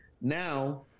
now